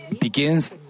begins